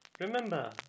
Remember